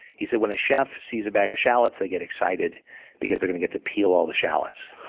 he said, when a chef sees a bag of shallots, they get excited because they're gonna get to peel all the shallots.